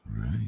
right